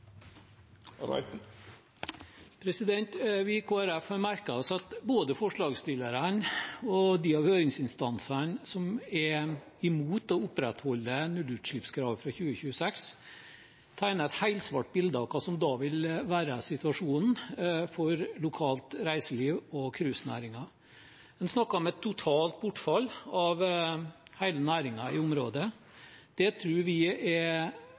Vi i Kristelig Folkeparti har merket oss at både forslagsstillerne og de av høringsinstansene som er imot å opprettholde nullutslippskravet fra 2026, tegner et helsvart bilde av det som da vil være situasjonen for lokalt reiseliv og cruisenæringen. En snakker om et totalt bortfall av hele næringen i området. Det tror vi er